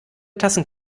tassen